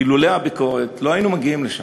אילולא הביקורת לא היינו מגיעים לשם,